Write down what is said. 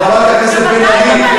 חברת הכנסת בן ארי,